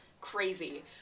crazy